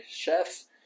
chefs